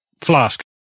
flask